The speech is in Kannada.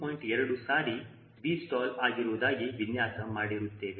2 ಸಾರಿ 𝑉stall ಆಗಿರುವುದಾಗಿ ವಿನ್ಯಾಸ ಮಾಡಿರುತ್ತೇವೆ